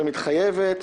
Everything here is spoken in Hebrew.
שמתחייבת.